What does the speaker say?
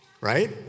right